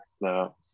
No